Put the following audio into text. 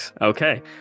Okay